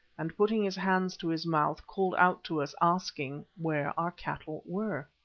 and, putting his hands to his mouth, called out to us asking where our cattle were.